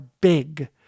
big